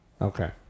Okay